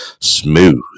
Smooth